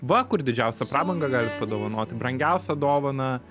va kur didžiausią prabangą galit padovanoti brangiausią dovaną